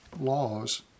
laws